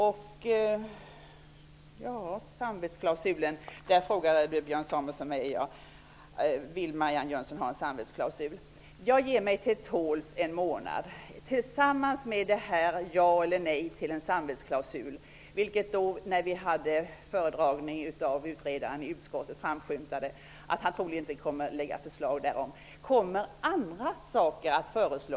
Björn Samuelson frågade om jag vill ha en samvetsklausul. Jag ger mig till tåls en månad. När utredaren hade sin föredragning i utskottet framgick det att han troligen inte kommer att lägga fram förslag beträffande en samvetsklausul.